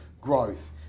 growth